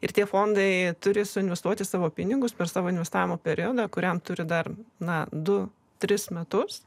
ir tie fondai turės investuoti savo pinigus per savo investavimo periodą kuriam turi dar na du tris metus